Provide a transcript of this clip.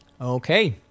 Okay